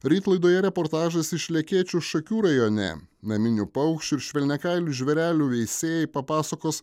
ryt laidoje reportažas iš lekėčių šakių rajone naminių paukščių ir švelniakailių žvėrelių veisėjai papasakos